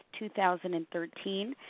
2013